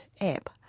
app